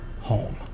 home